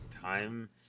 time